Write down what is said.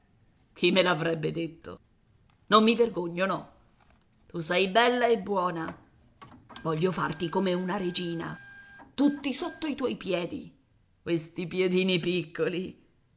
chi me l'avrebbe detto non mi vergogno no tu sei bella e buona voglio farti come una regina tutti sotto i tuoi piedi questi piedini piccoli